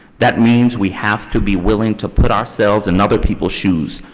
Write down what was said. that means we have to be willing to put ourselves in other people's shoes,